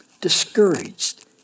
Discouraged